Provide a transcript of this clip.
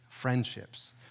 Friendships